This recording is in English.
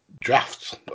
drafts